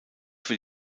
für